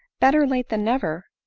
better late than never,